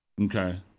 Okay